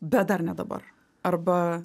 bet dar ne dabar arba